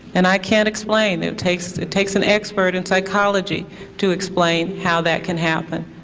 and i can't explain. it takes it takes an expert in psychology to explain how that can happen.